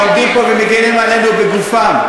שעובדים פה ומגינים עלינו בגופם,